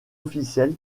officielle